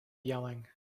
yelling